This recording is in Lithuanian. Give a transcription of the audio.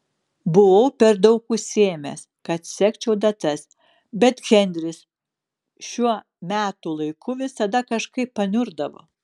buvau per daug užsiėmęs kad sekčiau datas bet henris šiuo metų laiku visada kažkaip paniurdavo